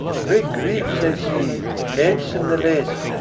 great griefs, i see, med'cine the less,